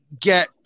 get